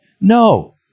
No